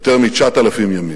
יותר מ-9,000 ימים.